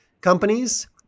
companies